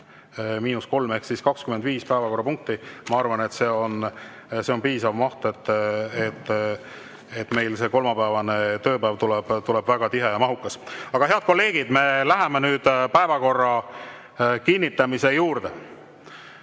miinus 3, ehk siis 25 päevakorrapunkti. Ma arvan, et see on piisav maht, et meil see kolmapäevane tööpäev tuleb väga tihe ja mahukas. Aga head kolleegid, läheme nüüd päevakorra kinnitamise juurde.